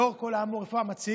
לאור כל האמור, איפה המציעים,